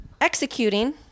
executing